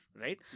right